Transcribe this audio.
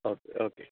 okay okay